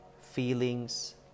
feelings